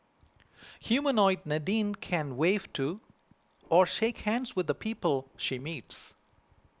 humanoid Nadine can wave to or shake hands with the people she meets